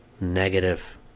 negative